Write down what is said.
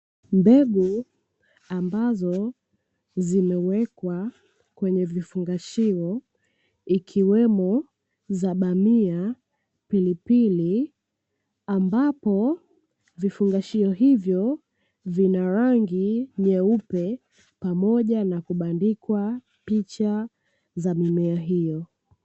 Mbegu ambazo zimewekwa kwenye vifungashio ikiwemo za bamia, pilipili; ambapo vifungashio hivyo vina rangi nyeupe, pamoja na kubandikwa picha za mimea hiyo.